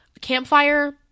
campfire